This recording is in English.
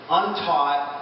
untaught